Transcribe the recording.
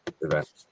event